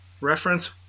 reference